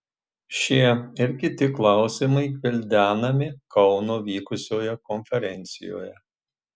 šie ir kiti klausimai gvildenti kaune įvykusioje konferencijoje